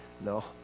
No